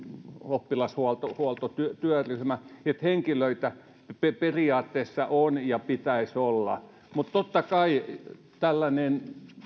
oppilashuoltotyöryhmä että henkilöitä periaatteessa on ja pitäisi olla mutta totta kai tällainen